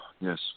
yes